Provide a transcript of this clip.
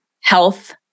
Health